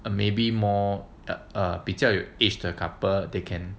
or maybe more err 比较 age the couple they can